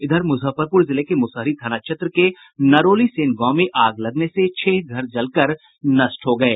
इधर मुजफ्फरपुर जिले के मुसहरी थाना क्षेत्र के नरौली सेन गांव में आग लगने से छह घर जलकर नष्ट हो गये